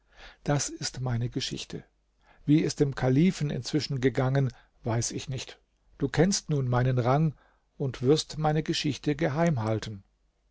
das ist meine geschichte wie es dem kalifen inzwischen gegangen weiß ich nicht du kennst nun meinen rang und wirst meine geschichte